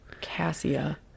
cassia